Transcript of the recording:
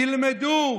תלמדו,